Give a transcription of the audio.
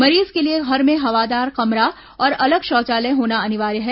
मरीज के लिए घर में हवादार कमरा और अलग शौचालय होना अनिवार्य है